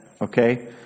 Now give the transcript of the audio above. Okay